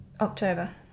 october